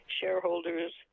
shareholders